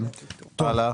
כן, הלאה?